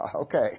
Okay